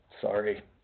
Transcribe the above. Sorry